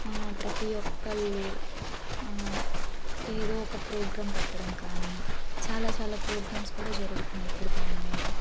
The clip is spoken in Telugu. ప్రతి ఒక్కరూ ఏదో ఒక ప్రోగ్రాం పెట్టడం కానీ చాలా చాలా ప్రోగ్రామ్స్ కూడా జరుగుతున్నాయి ఇప్పుడు దానిమీద